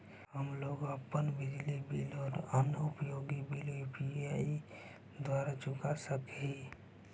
हम लोग अपन बिजली बिल और अन्य उपयोगि बिल यू.पी.आई द्वारा चुका सक ही